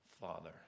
father